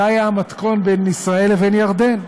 זה היה המתכון בין ישראל לבין ירדן,